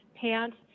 pants